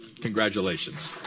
Congratulations